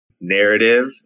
narrative